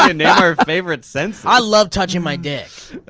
and yeah our favorite senses. i love touching my dick.